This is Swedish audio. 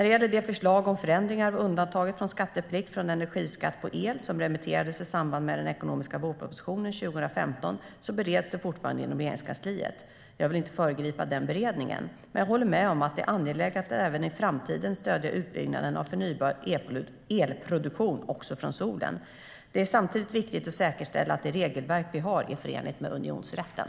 Det förslag om förändring av undantagen från skatteplikt i fråga om energiskatt på el som remitterades i samband med den ekonomiska vårpropositionen 2015 bereds fortfarande inom Regeringskansliet. Jag vill inte föregripa den beredningen. Men jag håller med om att det är angeläget att även i framtiden stödja utbyggnaden av förnybar elproduktion, också från solen. Det är samtidigt viktigt att säkerställa att det regelverk vi har är förenligt med unionsrätten.